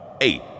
eight